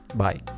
bye